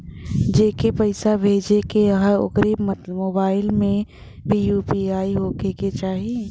जेके पैसा भेजे के ह ओकरे मोबाइल मे भी यू.पी.आई होखे के चाही?